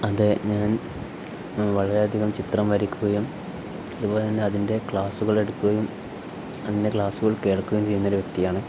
അതെ ഞാൻ വളരെയധികം ചിത്രം വരയ്ക്കുകയും അതുപോലെ തന്നെ അതിൻ്റെ ക്ലാസ്സുകൾ എടുക്കുകയും അതിൻ്റെ ക്ലാസ്സുകൾ കേൾക്കുകയും ചെയ്യുന്നൊരു വ്യക്തിയാണ്